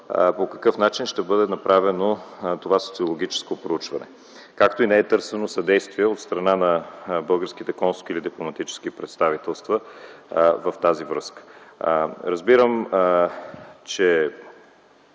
по какъв начин ще бъде направено това социологическо проучване, както и не е търсено съдействие от страна на българските консулски или дипломатически представителства в тази връзка. Нашата